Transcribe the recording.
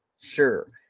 Sure